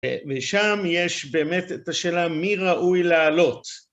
ושם יש באמת את השאלה מי ראוי לעלות.